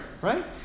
right